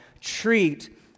treat